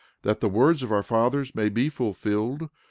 that the words of our fathers may be fulfilled,